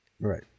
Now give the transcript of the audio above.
Right